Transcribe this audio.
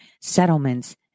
settlements